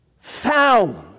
found